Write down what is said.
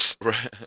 Right